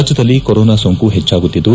ರಾಜ್ಯದಲ್ಲಿ ಕೊರೊನಾ ಸೋಂಕು ಹೆಚ್ಚಾಗುತ್ತಿದ್ದು